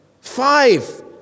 Five